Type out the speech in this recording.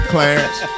Clarence